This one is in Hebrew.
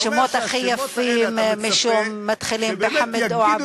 השמות הכי יפים מתחילים בחמד או עבד),